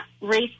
race